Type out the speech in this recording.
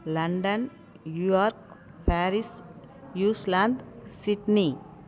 London New York Paris New Zealand Sydney